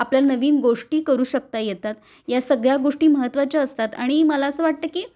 आपल्याला नवीन गोष्टी करू शकता येतात या सगळ्या गोष्टी महत्त्वाच्या असतात आणि मला असं वाटतं की